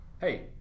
hey